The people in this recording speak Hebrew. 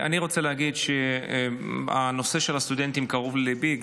אני רוצה להגיד שהנושא של הסטודנטים קרוב לליבי,